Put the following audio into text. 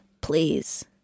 please